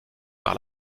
par